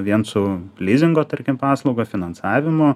vien su lizingo tarkim paslauga finansavimo